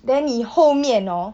then 你后面 hor